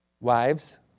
wives